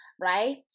right